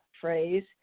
phrase